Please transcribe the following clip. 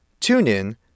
TuneIn